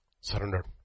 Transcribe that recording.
Surrender